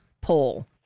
poll